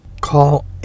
Call